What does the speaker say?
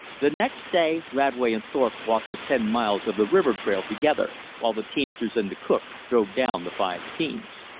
the next day radway and thorpe walked the ten miles of the river trail together, while the teamsters and the cook drove down the five teams.